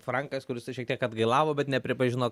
frankas kur jisai šiek tiek atgailavo bet nepripažino